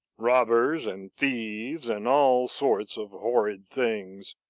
robbers and thieves, and all sorts of horrid things.